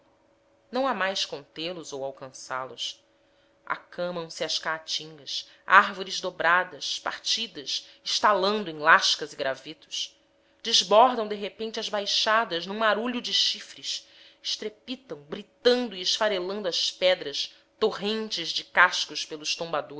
não há mais contê los ou alcançá los acamam se as caatingas árvores dobradas partidas estalando em lascas e gravetos desbordam de repente as baixadas num marulho de chifres estrepitam britando e esfarelando as pedras torrentes de cascos pelos